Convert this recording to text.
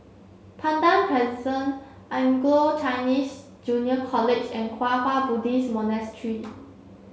Pandan Crescent Anglo Chinese Junior College and Kwang Hua Buddhist Monastery